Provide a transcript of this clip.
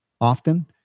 often